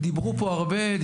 דיברו פה הרבה,